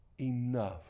enough